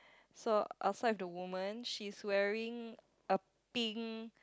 so outside the woman she's wearing a pink